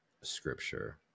scripture